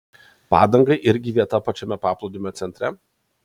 padangai irgi vieta pačiame paplūdimio centre